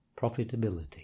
profitability